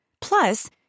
Plus